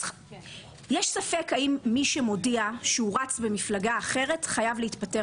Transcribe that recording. יש ספק האם מי שמודיע שהוא רץ במפלגה אחרת חייב להתפטר